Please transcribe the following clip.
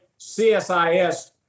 CSIS